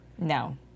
No